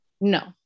No